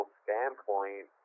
standpoint